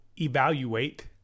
evaluate